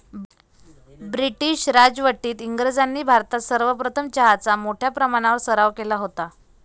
British राजवटीत इंग्रजांनी भारतात सर्वप्रथम चहाचा मोठ्या प्रमाणावर सराव केला होता